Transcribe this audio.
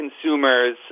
consumers